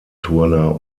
turner